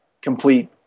complete